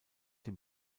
dem